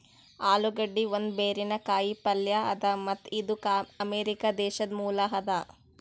ಆಲೂಗಡ್ಡಿ ಒಂದ್ ಬೇರಿನ ಕಾಯಿ ಪಲ್ಯ ಅದಾ ಮತ್ತ್ ಇದು ಅಮೆರಿಕಾ ದೇಶದ್ ಮೂಲ ಅದಾ